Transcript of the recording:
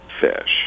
fish